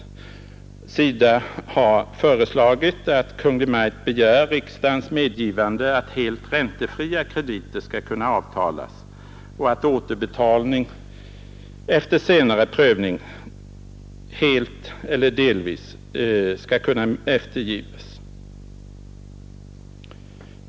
SIDA har föreslagit att Kungl. Maj:t begär riksdagens medgivande att helt räntefria krediter skall kunna avtalas och att återbetalning, efter senare prövning, helt eller delvis skall kunna efterskänkas.